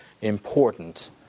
important